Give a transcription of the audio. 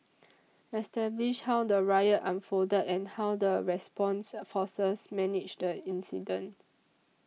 establish how the riot unfolded and how the response forces managed the incident